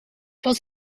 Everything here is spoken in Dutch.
was